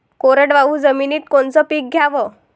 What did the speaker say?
कोरडवाहू जमिनीत कोनचं पीक घ्याव?